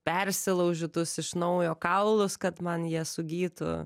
persilaužytus iš naujo kaulus kad man jie sugytų